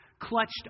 clutched